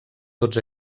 tots